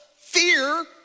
fear